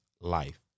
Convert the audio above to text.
life